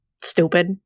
stupid